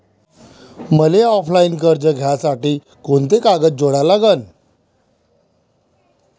मले ऑफलाईन कर्ज घ्यासाठी कोंते कागद जोडा लागन?